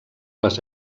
les